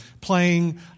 playing